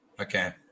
Okay